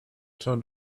turned